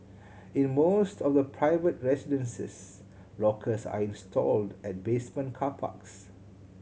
in most of the private residences lockers are installed at basement car parks